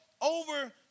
Over